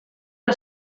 que